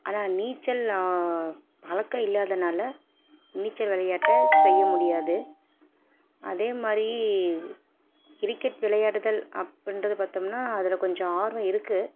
ஆனால் நீச்சல் பழக்கம் இல்லாதனால் நீச்சல் விளையாட்டை செய்ய முடியாது அதே மாதிரி கிரிக்கெட் விளையாடுதல் அப்புடின்றது பார்த்தோம்னா அதில் கொஞ்சம் ஆர்வம் இருக்குது